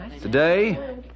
Today